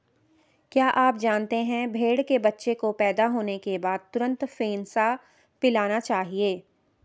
क्या आप जानते है भेड़ के बच्चे को पैदा होने के बाद तुरंत फेनसा पिलाना चाहिए?